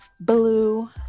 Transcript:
Blue